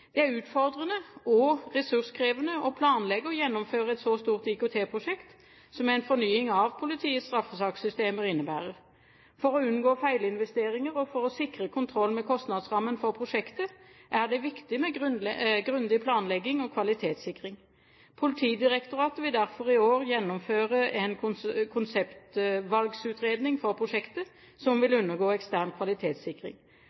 Det er utfordrende og ressurskrevende å planlegge og gjennomføre et så stort IKT-prosjekt som en fornying av politiets straffesakssystemer innebærer. For å unngå feilinvesteringer og for å sikre kontroll med kostnadsrammen for prosjektet er det viktig med grundig planlegging og kvalitetssikring. Politidirektoratet vil derfor i år gjennomføre en konseptvalgutredning for prosjektet som vil